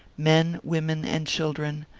men, women and children,